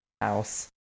house